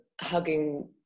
hugging